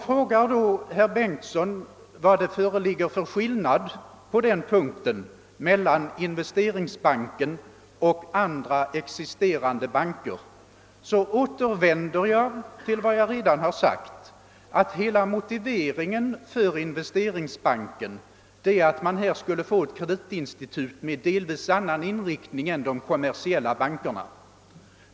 Frågar då herr Bengtsson vad det föreligger för skillnad på den punkten mellan Investeringsbanken och andra existerande banker, återvänder jag till vad jag redan sagt, d.v.s. att hela motiveringen för Investeringsbanken är att man i och med den skulle få ett kreditinstitut med delvis annan inriktning än de kommersiella bankerna.